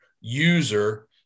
user